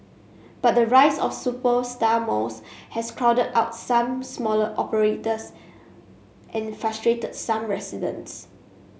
but the rise of superstar malls has crowded out some smaller operators and frustrated some residents